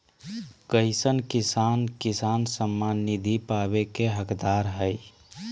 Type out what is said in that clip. कईसन किसान किसान सम्मान निधि पावे के हकदार हय?